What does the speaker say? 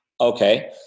Okay